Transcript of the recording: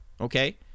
Okay